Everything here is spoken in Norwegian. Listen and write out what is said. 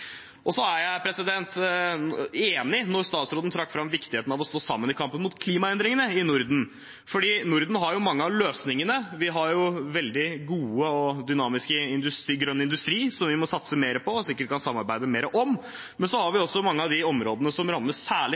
Jeg er enig når statsråden trekker fram viktigheten av å stå sammen i kampen mot klimaendringene i Norden, for Norden har mange av løsningene. Vi har veldig god og dynamisk grønn industri som vi må satse mer på og sikkert kan samarbeide mer om, men vi har også mange av de områdene som rammes særlig